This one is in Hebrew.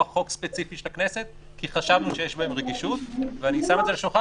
חוק ספציפי של הכנסת כי חשבנו שיש בהן רגישות ואני שם את זה על השולחן,